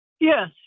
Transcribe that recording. Yes